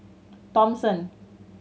Thomson